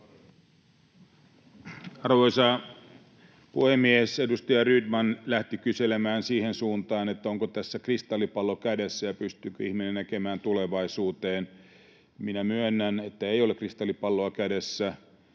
Arvoisa puhemies! Edustaja Rydman lähti kyselemään siihen suuntaan, että onko tässä kristallipallo kädessä ja pystyykö ihminen näkemään tulevaisuuteen. Minä myönnän, että ei ole kristallipalloa kädessä,